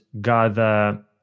gather